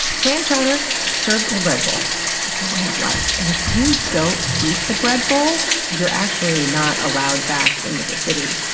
clam chowder served in a bread bowl it's a way of life. and if you don't eat the bread bowl, you're actually not allowed back into the city,